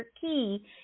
key